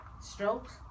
strokes